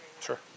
Sure